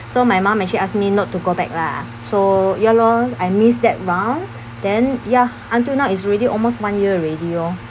so my mum actually asked me not to go back lah so ya lor I missed that round then ya until now is already almost one year already lor